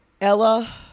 Ella